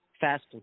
fast